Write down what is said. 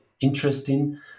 interesting